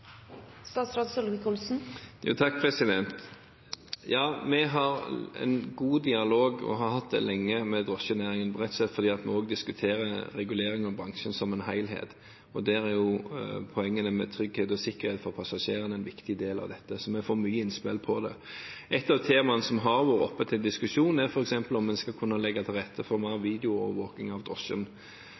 Ja, vi har og har lenge hatt en god dialog med drosjenæringen, rett og slett fordi vi også diskuterer regulering av bransjen som helhet. Poenget med trygghet og sikkerhet for passasjerene er en viktig del av dette, så vi får mange innspill. Et av temaene som har vært oppe til diskusjon, er f.eks. om man skal kunne legge til rette for mer videoovervåking